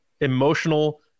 emotional